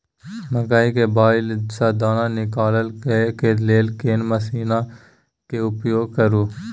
मकई के बाईल स दाना निकालय के लेल केना मसीन के उपयोग करू?